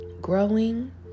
Growing